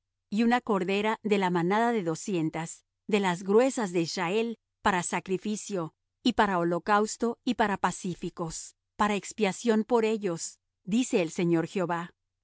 y una cordera de la manada de doscientas de las gruesas de israel para sacrificio y para holocausto y para pacíficos para expiación por ellos dice el señor jehová todo